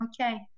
Okay